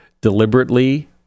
deliberately